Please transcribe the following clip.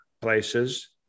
places